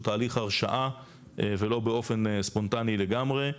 תהליך הרשאה ולא באופן ספונטני לגמרי.